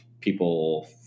people